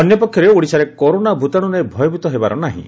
ଅନ୍ୟପକ୍ଷରେ ଓଡିଶାରେ କରୋନା ଭ୍ତାଶ୍ୱ ନେଇ ଭୟଭୀତ ହେବାର ନାହିଁ